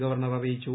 governor അറിയിച്ചു